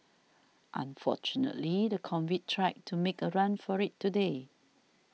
unfortunately the convict tried to make a run for it today